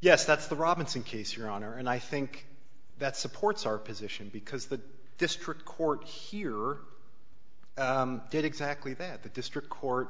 yes that's the robinson case your honor and i think that supports our position because the district court here did exactly that the district court